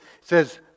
says